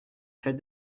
fête